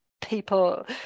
people